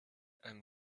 i’m